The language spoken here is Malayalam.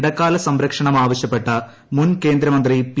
ഇടക്കാല സംരക്ഷണം ആവശൃപ്പെട്ട് മുൻകേന്ദ്രമന്ത്രി പി